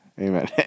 Amen